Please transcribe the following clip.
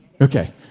Okay